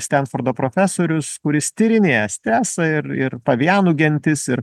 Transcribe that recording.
stenfordo profesorius kuris tyrinėja stresą ir ir pavianų gentis ir